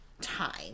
time